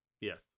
yes